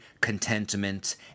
contentment